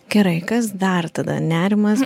gerai kas dar tada nerimas